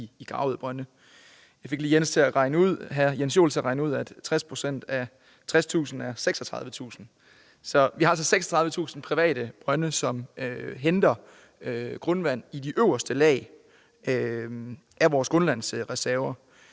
Jeg fik lige hr. Jens Joel til at regne ud for mig, at 60 pct. af 60.000 er 36.000. Så vi har altså 36.000 private brønde, som henter grundvand i de øverste lag af vores grundvandsreserver.